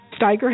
Steiger